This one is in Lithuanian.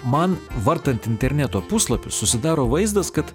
man vartant interneto puslapius susidaro vaizdas kad